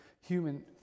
human